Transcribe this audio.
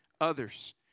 others